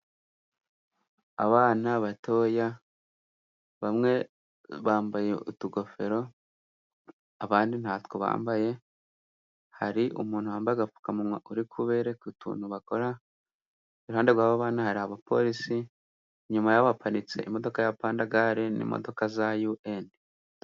Abana batoya bamwe bambaye utugofero, abandi ntatwo bambaye. Hari umuntu wambaye agapfukamunwa uri kubereka utuntu bakora. Iruhande rw'aba bana hari abapolisi, inyuma yabo haparitse imodoka ya pandagare, n'imodoka za UN.